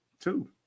Two